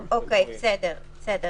בסדר.